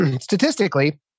statistically